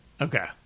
Okay